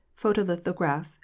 photolithograph